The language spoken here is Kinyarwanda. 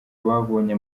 babonye